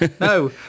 no